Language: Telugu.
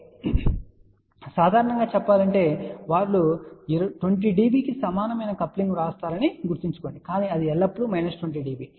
కాబట్టి సాధారణంగా చెప్పాలంటే వారు 20 dB కి సమానమైన కప్లింగ్ వ్రాస్తారని గుర్తుంచుకోండి కానీ అది ఎల్లప్పుడూ మైనస్ 20 dB